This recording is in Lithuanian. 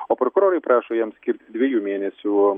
o prokurorai prašo jam skirti dviejų mėnesių